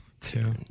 Two